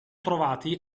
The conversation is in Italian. trovati